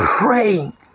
praying